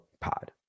pod